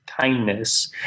kindness